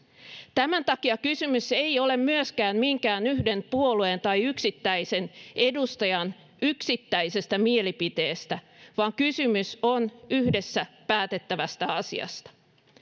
tämän takia kysymys ei ole myöskään minkään yhden puolueen tai yksittäisen edustajan yksittäisestä mielipiteestä vaan kysymys on yhdessä päätettävästä asiasta